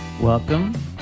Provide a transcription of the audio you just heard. Welcome